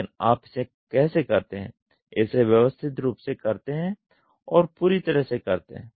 लेकिन आप इसे कैसे करते हैं इसे व्यवस्थित रूप से करते हैं और पूरी तरह से करते हैं